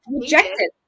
rejected